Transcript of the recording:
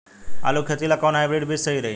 आलू के खेती ला कोवन हाइब्रिड बीज सही रही?